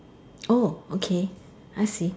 oh okay I see